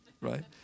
right